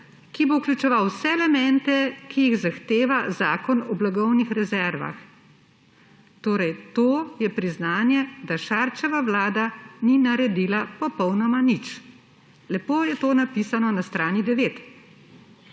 ki bo vključeval vse elemente, ki jih zahteva Zakon o blagovnih rezervah. To je torej priznanje, da Šarčeva vlada ni naredila popolnoma nič. Lepo je to napisano na strani 9.